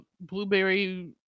blueberry